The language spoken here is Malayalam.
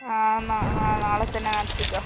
ആ ആ നാളെത്തന്നെ നടത്തിക്കോ